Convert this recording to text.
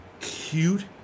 cute